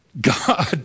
God